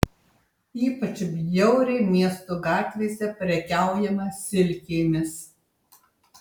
ypač bjauriai miesto gatvėse prekiaujama silkėmis